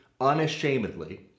unashamedly